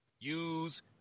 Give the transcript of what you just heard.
use